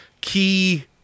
key